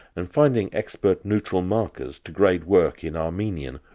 and finding expert neutral markers to grade work in armenian,